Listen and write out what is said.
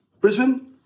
Brisbane